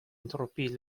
interrompit